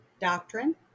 doctrine